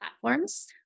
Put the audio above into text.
platforms